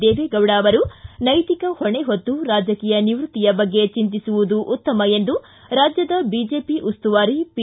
ದೇವೇಗೌಡ ಅವರು ನೈತಿಕ ಹೊಣೆ ಹೊತ್ತು ರಾಜಕೀಯ ಸನ್ಯಾಸದ ಬಗ್ಗೆ ಚಿಂತಿಸುವುದು ಉತ್ತಮ ಎಂದು ರಾಜ್ಯದ ಬಿಜೆಪಿ ಉಸ್ತುವಾರಿ ಪಿ